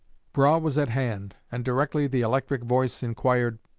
brough was at hand, and directly the electric voice inquired,